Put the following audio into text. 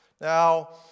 Now